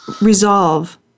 resolve